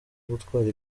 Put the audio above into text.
gutwara